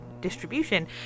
distribution